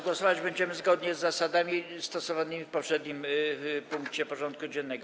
Głosować będziemy zgodnie z zasadami stosowanymi w poprzednim punkcie porządku dziennego.